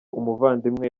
umuvandimwe